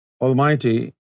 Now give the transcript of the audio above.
Almighty